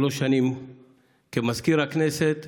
שלוש שנים כמזכיר הכנסת